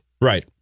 Right